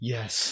Yes